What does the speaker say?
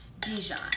Dijon